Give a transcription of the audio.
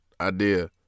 idea